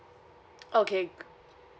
okay